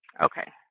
Okay